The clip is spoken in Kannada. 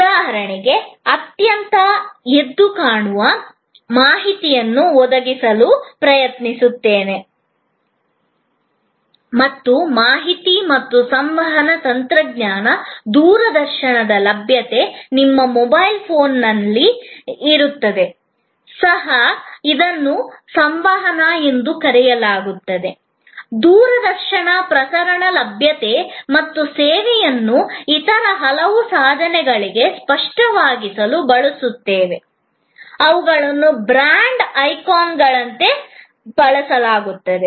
ಉದಾಹರಣೆಗೆ ಅತ್ಯಂತ ಎದ್ದುಕಾಣುವ ಮಾಹಿತಿಯನ್ನು ಒದಗಿಸುವುದು ಸಂವಾದಾತ್ಮಕ ಚಿತ್ರಣವನ್ನು ಬಳಸಿ ಅದು ಈಗ ಇನ್ನಷ್ಟು ಸುಲಭವಾಗಿದೆ ಏಕೆಂದರೆ ಮಾಹಿತಿ ಮತ್ತು ಸಂವಹನ ತಂತ್ರಜ್ಞಾನ ದೂರದರ್ಶನದ ಲಭ್ಯತೆ ನಿಮ್ಮ ಮೊಬೈಲ್ ಫೋನ್ನಲ್ಲಿಯೂ ಸಹ ದೂರದರ್ಶನ ಪ್ರಸರಣದ ಲಭ್ಯತೆ ಮತ್ತು ನಾವು ಸೇವೆಯನ್ನು ಇತರ ಹಲವು ಸಾಧನಗಳಿಗೆ ಸ್ಪಷ್ಟವಾಗಿಸಲು ಬ್ರ್ಯಾಂಡ್ ಐಕಾನ್ಗಳಂತೆ ಬಳಸುತ್ತೇವೆ